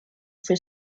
for